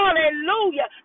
Hallelujah